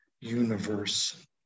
universe